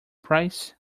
price